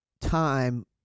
time